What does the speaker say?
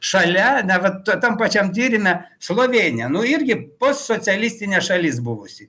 šalia ane vat tam pačiam tyrime šlovė ne nu irgi po socialistinės šalis buvusi